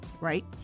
Right